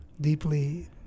deeply